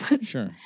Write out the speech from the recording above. Sure